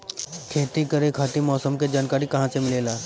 खेती करे खातिर मौसम के जानकारी कहाँसे मिलेला?